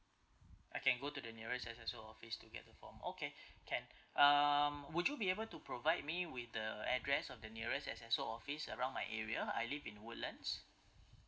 I can go to the nearest S_S_O office to get the form okay can um would you be able to provide me with the address of the nearest S_S_O office around my area I live in woodlands